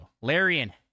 Larian